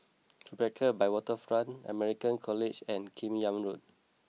Tribeca by Waterfront American College and Kim Yam Road